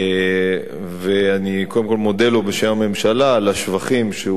ואני קודם כול מודה לו בשם הממשלה על השבחים שהוא חלק,